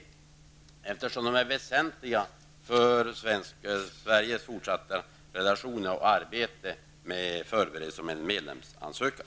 De är ju väsentliga för Sveriges fortsatta relationer och arbete med förberedelserna för en medlemsansökan.